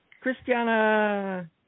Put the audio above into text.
christiana